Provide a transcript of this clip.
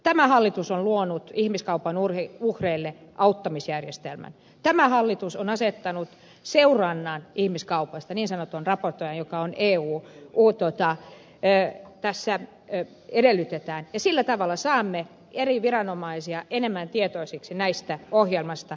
tämä hallitus on luonut ihmiskaupan uhreille auttamisjärjestelmän tämä hallitus on asettanut ihmiskauppaa varten seurannan niin sanotun raportoinnin jota tässä edellytetään ja sillä tavalla saamme eri viranomaisia enemmän tietoisiksi näistä ohjelmista